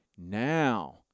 Now